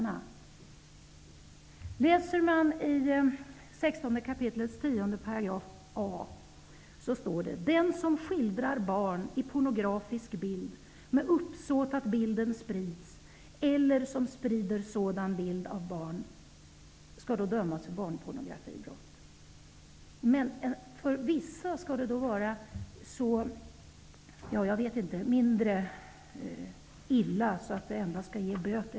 Om man läser i 16 kap. 10 a § står det att den som skildrar barn i pornografisk bild med uppsåt att bilden sprids eller som sprider sådan bild av barn skall dömas för barnpornografibrott. Men för vissa skall det då vara mindre illa och endast ge böter.